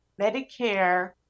Medicare